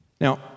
Now